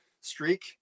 streak